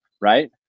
right